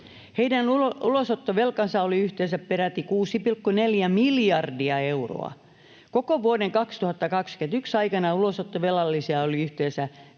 Heidän ulosottovelkansa oli yhteensä peräti 6,4 miljardia euroa. Koko vuoden 2021 aikana ulosottovelallisia oli yhteensä